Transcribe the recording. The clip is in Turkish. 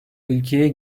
ülkeye